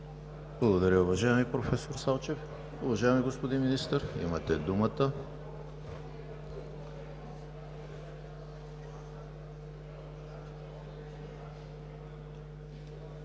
Благодаря, уважаеми професор Салчев. Уважаеми господин Министър, имате думата.